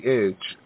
edge